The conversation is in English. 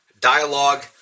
dialogue